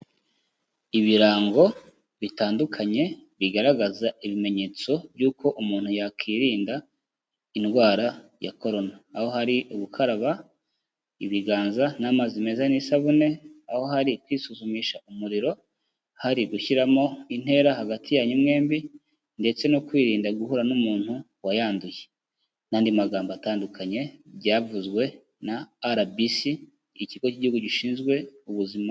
Ibirango bitandukanye bigaragaza ibimenyetso by'uko umuntu yakwirinda indwara ya Korona, aho hari ugukaraba ibiganza n'amazi meza n'isabune, aho hari kwisuzumisha umuriro, hari gushyiramo intera hagati yanyu mwembi ndetse no kwirinda guhura n'umuntu wayanduye n'andi magambo atandukanye, byavuzwe na RBC, ikigo cy'igihugu gishinzwe ubuzima.